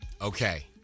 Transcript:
Okay